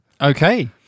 Okay